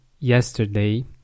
yesterday